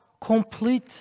complete